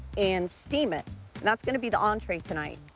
and steam it, and that's gonna be the entree tonight.